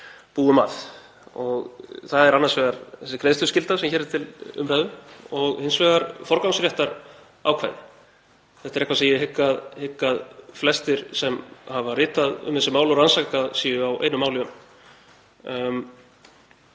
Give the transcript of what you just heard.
búum að og það er annars vegar þessi greiðsluskylda sem hér er til umræðu og hins vegar forgangsréttarákvæðið. Þetta er eitthvað sem ég hygg að flestir sem hafa ritað um þessi mál og rannsakað séu á einu máli um.